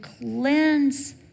cleanse